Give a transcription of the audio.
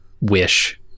wish